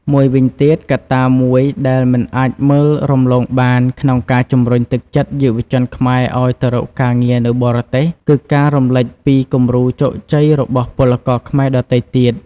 មួយវិញទៀត កត្តាមួយដែលមិនអាចមើលរំលងបាន ក្នុងការជំរុញទឹកចិត្តយុវជនខ្មែរឱ្យទៅរកការងារនៅបរទេស គឺការរំលេចពីគំរូជោគជ័យរបស់ពលករខ្មែរដទៃទៀត។